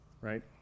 right